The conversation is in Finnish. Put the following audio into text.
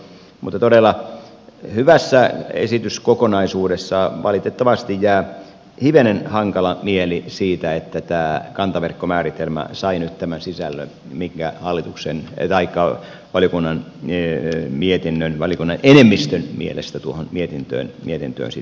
mutta todella hyvässä esityskokonaisuudessa valitettavasti jää hivenen hankala mieli siitä että tämä kantaverkkomääritelmä sai nyt tämän sisällön mikä valiokunnan enemmistön mielestä tuohon mietintöön sitten nyt jäi